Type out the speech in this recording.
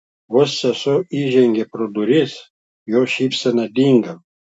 vos sesuo įžengė pro duris jos šypsena dingo